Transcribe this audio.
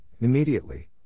immediately